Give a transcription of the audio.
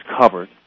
covered